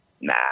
Nah